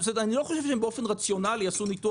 אני לא חושב שהם עשו באופן רציונלי ניתוח